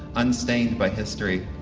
unstained by history,